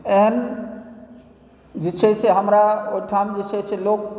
एहन जे छै से हमरा ओहिठाम जे छै से लोक